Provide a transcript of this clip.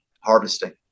harvesting